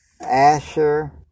Asher